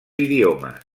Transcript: idiomes